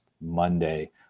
Monday